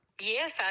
Yes